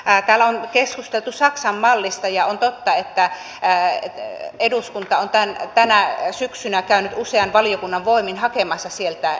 täällä on keskusteltu saksan mallista ja on totta että eduskunta on tänä syksynä käynyt usean valiokunnan voimin hakemassa sieltä esimerkkejä